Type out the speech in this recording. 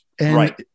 Right